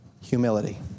Humility